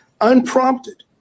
unprompted